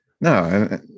No